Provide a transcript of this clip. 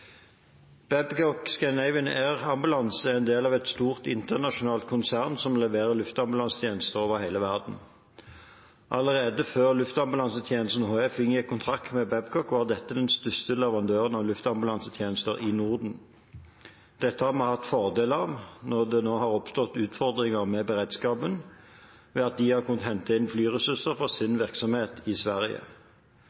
er en del av et stort internasjonalt konsern som leverer luftambulansetjenester over hele verden. Allerede før Luftambulansetjenesten HF inngikk kontrakt med Babcock, var dette den største leverandøren av luftambulansetjenester i Norden. Dette har vi hatt fordel av når det nå har oppstått utfordringer med beredskapen, ved at de har kunnet hente inn flyressurser fra sin